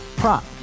prop